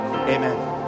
Amen